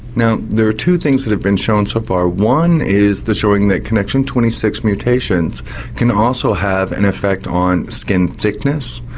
now there are two things that have been shown so far. one is the showing that connexin twenty six mutations can also have an effect on skin thickness.